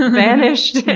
and banished!